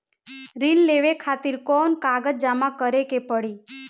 ऋण लेवे खातिर कौन कागज जमा करे के पड़ी?